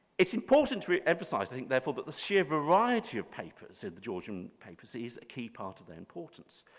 it's important to ah emphasize, i think therefore that the sheer variety of papers, and the georgian papers, is a key part of the importance.